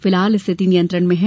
फिलहाल स्थिति नियंत्रण में है